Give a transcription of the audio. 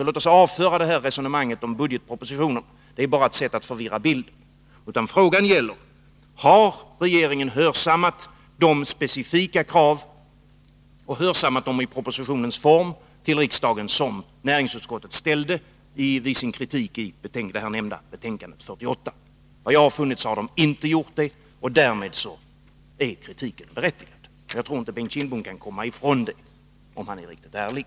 Låt oss avföra resonemanget om budgetpropositionen. Det är bara ett sätt att förvirra debatten. Frågan är: Har regeringen i propositionens form hörsammat de specifika krav som näringsutskottet ställde vid sin kritik i det nämnda betänkandet 48? Efter vad jag har funnit har regeringen inte gjort det. Därmed är vår kritik berättigad. Jag tror inte att Bengt Kindbom kan komma ifrån detta, om han är riktigt ärlig.